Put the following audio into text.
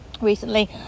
recently